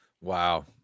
Wow